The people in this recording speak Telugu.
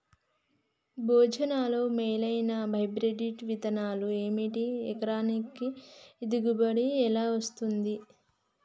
భజనలు మేలైనా హైబ్రిడ్ విత్తనాలు ఏమిటి? ఎకరానికి దిగుబడి ఎలా వస్తది?